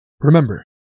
Remember